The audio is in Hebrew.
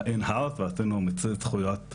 "in house" ועשינו מיצוי זכויות משמעותי.